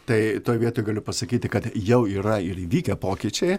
tai toj vietoj galiu pasakyti kad jau yra ir įvykę pokyčiai